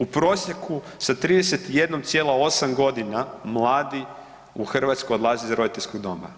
U prosjeku sa 31,8 godina mladi u Hrvatskoj odlaze iz roditeljskog doma.